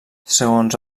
segons